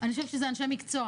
אני חושבת שזה אנשי מקצוע,